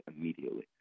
immediately